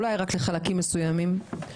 אולי רק לחלקים מסוימים.